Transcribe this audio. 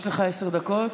יש לך עשר דקות.